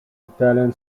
italian